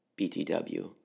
BTW